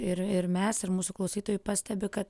ir ir mes ir mūsų klausytojai pastebi kad